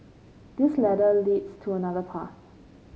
this ladder leads to another path